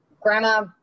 Grandma